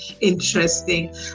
interesting